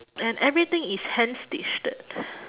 and everything is hand-stitched